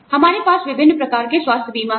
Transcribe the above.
हमारे पास विभिन्न प्रकार के स्वास्थ्य बीमा हैं